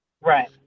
Right